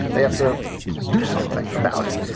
they have to do something about it.